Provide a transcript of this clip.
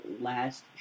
last